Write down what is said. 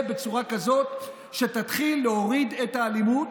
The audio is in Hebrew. בצורה כזאת שתתחיל להוריד את האלימות.